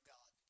God